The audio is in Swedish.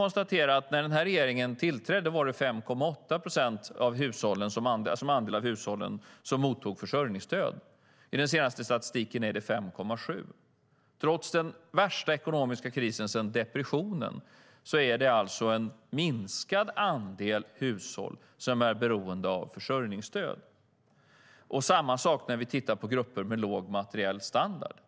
När den här regeringen tillträdde var den andel av hushållen som mottog försörjningsstöd 5,8 procent. I den senaste statistiken är det 5,7 procent. Trots den värsta ekonomiska krisen sedan depressionen är det alltså en minskad andel hushåll som är beroende av försörjningsstöd. Det är likadant när vi ser på grupper med låg materiell standard.